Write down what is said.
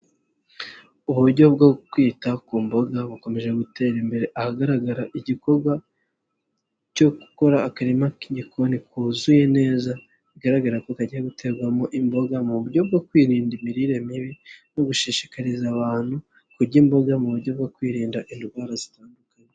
Uburyo bwo kwita ku mboga bukomeje gutera imbere, ahagaragara igikorwa cyo gukora akarima k'igikoni kuzuye neza, bigaragara ko kagiye guterwamo imboga mu buryo bwo kwirinda imirire mibi no gushishikariza abantu kurya imboga mu buryo bwo kwirinda indwara zitandukanye.